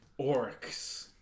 orcs